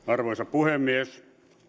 arvoisa puhemies